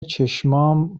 چشمام